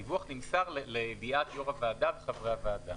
הדיווח נמסר לידיעת יו"ר הוועדה וחברי הוועדה.